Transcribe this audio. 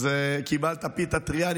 אז קיבלת פיתה טרייה.